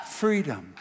freedom